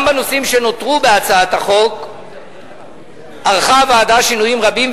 גם בנושאים שנותרו בהצעת החוק ערכה הוועדה שינויים רבים,